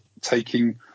taking